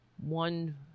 one